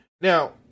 Now